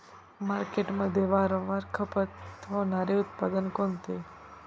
मार्केटमध्ये वारंवार खपत होणारे उत्पादन कोणते?